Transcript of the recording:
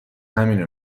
همینو